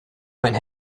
went